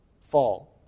fall